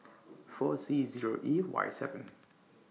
four C Zero E Y seven